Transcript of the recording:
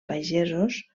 pagesos